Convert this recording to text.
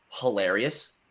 hilarious